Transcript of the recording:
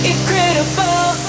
Incredible